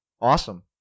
awesome